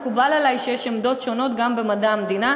מקובל עלי שיש עמדות שונות גם במדע המדינה,